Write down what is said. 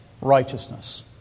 righteousness